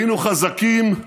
היינו חזקים,